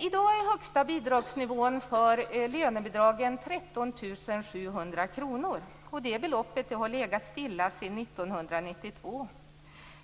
I dag är högsta bidragsnivån för lönebidragen 13 700 kr. Det beloppet har legat stilla sedan 1992.